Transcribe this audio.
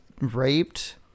raped